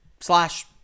slash